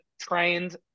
trained